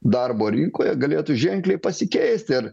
darbo rinkoje galėtų ženkliai pasikeist ir